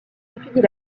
étudie